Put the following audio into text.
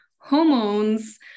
hormones